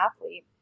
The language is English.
athlete